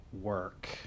work